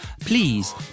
please